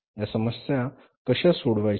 या समस्या कश्या सोडवायच्या